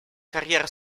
carriera